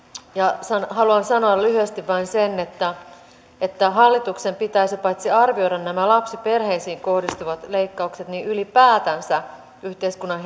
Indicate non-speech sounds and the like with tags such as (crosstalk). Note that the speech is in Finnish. haluan sanoa lyhyesti vain sen että paitsi että hallituksen pitäisi arvioida nämä lapsiperheisiin kohdistuvat leikkaukset myös ylipäätänsä yhteiskunnan (unintelligible)